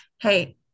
Hey